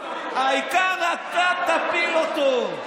העיקר אתה תפיל אותו.